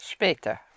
Später